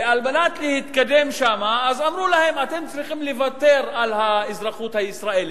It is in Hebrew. וכדי להתקדם שם אמרו להם: אתם צריכים לוותר על האזרחות הישראלית.